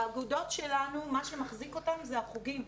האגודות שלנו, מה שמחזיק אותן זה החוגים.